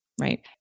right